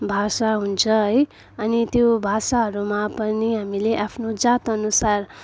भाषा हुन्छ है अनि त्यो भाषाहरूमा पनि हामीले आफ्नो जात अनुसार